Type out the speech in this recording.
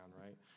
right